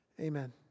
amen